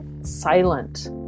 silent